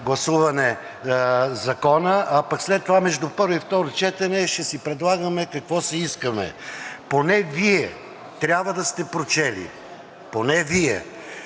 гласуване Закона, а пък след това между първо и второ четене ще си предлагаме каквото си искаме. Поне Вие трябва да сте прочели – поне Вие,